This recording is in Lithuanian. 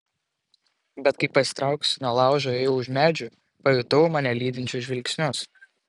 bet kai pasitraukusi nuo laužo ėjau už medžių pajutau mane lydinčius žvilgsnius